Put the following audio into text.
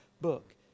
book